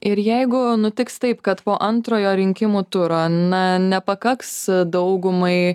ir jeigu nutiks taip kad po antrojo rinkimų turo na nepakaks daugumai